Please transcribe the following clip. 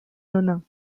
nonains